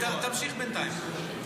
תמשיך בינתיים.